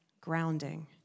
grounding